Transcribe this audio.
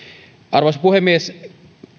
arvoisa puhemies